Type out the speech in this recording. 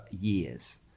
years